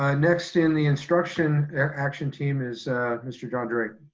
um next in the instruction action team is mr. john drake.